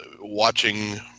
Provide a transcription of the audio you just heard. watching